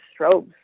strobes